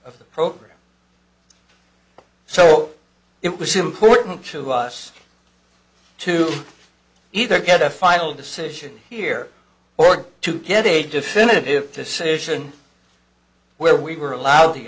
program so it was important to us to either get a final decision here or to get a definitive decision where we were allowed the